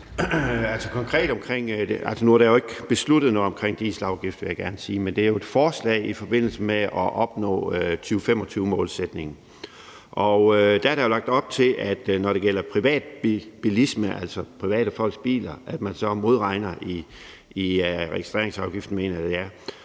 Nu er der jo ikke besluttet noget om dieselafgifter, vil jeg gerne sige. Men det er et forslag i forbindelse med at opnå 2025-målsætningen. Der er lagt op til, at når det gælder privatbilisme, altså private folks biler, modregner man så i registreringsafgiften, mener jeg det